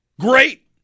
Great